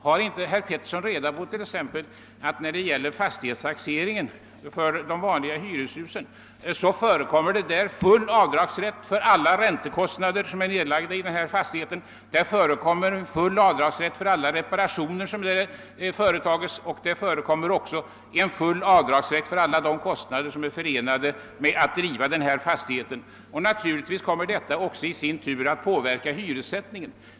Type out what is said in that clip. Har herr Pettersson inte reda på att det t.ex. när det gäller fastighetstaxeringen för de vanliga hyreshusen förekommer full avdragsrätt för alla räntekostnader som är nedlagda i fastigheten, att det också förekommer full avdragsrätt för alla reparationer som företages och att det även förekommer full avdragsrätt för alla de kostnader som är förenade med driften av fastigheten? Naturligtvis kommer detta också i sin tur att påverka hyressättningen.